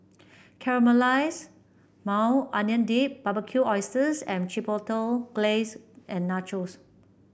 Caramelized Maui Onion Dip Barbecued Oysters with Chipotle Glaze and Nachos